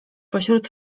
pośród